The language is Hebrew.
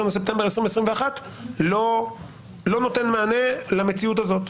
בספטמבר 2021 לא נותן מענה למציאות הזאת.